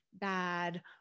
bad